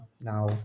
now